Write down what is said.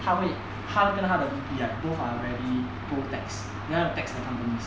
他会他会跟他的 V_P right both are very pro tax then tax the companies